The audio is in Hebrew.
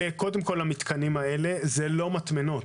המתקנים האלה הם לא מטמנות,